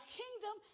kingdom